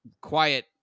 quiet